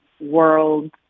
world